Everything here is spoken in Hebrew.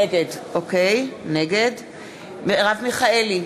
נגד מרב מיכאלי,